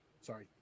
sorry